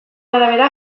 arabera